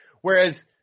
whereas